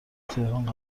تهران